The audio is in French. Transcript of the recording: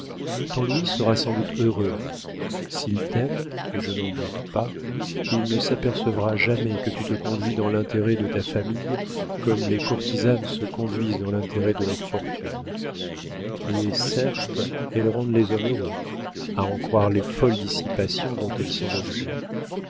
ton louis sera sans doute heureux s'il t'aime et je n'en doute pas il ne s'apercevra jamais que tu te conduis dans l'intérêt de ta famille comme les courtisanes se conduisent dans l'intérêt de leur fortune et certes elles rendent les hommes heureux à en croire les folles dissipations dont elles sont l'objet